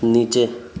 नीचे